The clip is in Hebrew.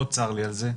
מאוד צר לי על זה,